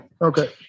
Okay